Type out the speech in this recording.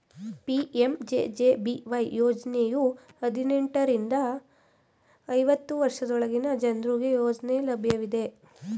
PMJJBY ಯೋಜ್ನಯು ಹದಿನೆಂಟು ರಿಂದ ಐವತ್ತು ವರ್ಷದೊಳಗಿನ ಜನ್ರುಗೆ ಯೋಜ್ನ ಲಭ್ಯವಿದೆ